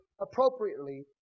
appropriately